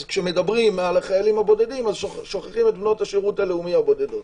אז כשמדברים על החיילים הבודדים שוכחים את בנות השירות הלאומי הבודדות.